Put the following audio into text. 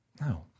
No